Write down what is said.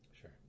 Sure